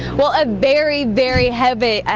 well a berry very hebby,